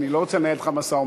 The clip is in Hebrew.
אני לא רוצה לנהל אתך משא-ומתן.